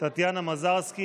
טטיאנה מזרסקי,